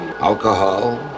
alcohol